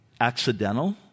accidental